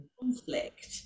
conflict